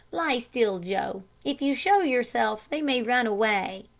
lie still, joe. if you show yourself, they may run away.